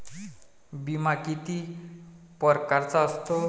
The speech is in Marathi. बिमा किती परकारचा असतो?